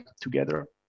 together